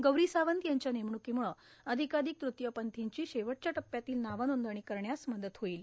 गौरी सावंत यांच्या नेमण्कीमुळे अधिकाधिक तृतीयपंथीची शेवटच्या टप्प्यातील नाव नांदणी करण्यास मदत होईल